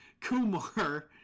Kumar